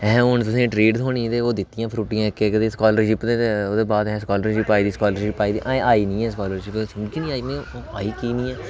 है हून तुसें गी ट्रीट थ्होनी ते ओह् दित्तियां फ्रुटियां इक इक ते स्कालरशिप ओह्दे बाद अहें कि स्कालरशिप आई दी स्कालरशिप आई दी आई नेईं ऐ स्कालरशिप समझ गै नेईं आई कि आई कि नेईं ऐ